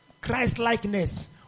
Christ-likeness